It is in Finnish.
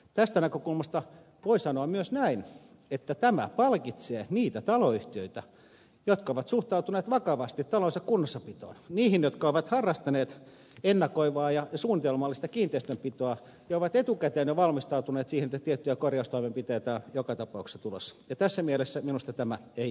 tästä näkökulmasta voi sanoa myös näin että tämä palkitsee niitä taloyhtiöitä jotka ovat suhtautuneet vakavasti talonsa kunnossapitoon niihin jotka ovat harrastaneet ennakoivaa ja suunnitelmallista kiinteistönpitoa ja ovat etukäteen jo valmistautuneet siihen että tiettyjä korjaustoimenpiteitä on joka tapauksessa tulossa ja tässä mielessä minusta tämä ei ole väärin